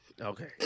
Okay